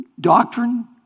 Doctrine